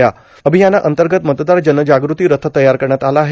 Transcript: र्आभयानांतगत मतदार जनजागृती रथ तयार करण्यात आला आहे